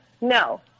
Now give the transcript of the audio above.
no